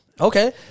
Okay